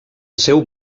seu